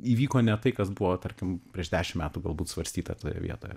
įvyko ne tai kas buvo tarkim prieš dešimt metų galbūt svarstyta toje vietoje